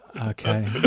Okay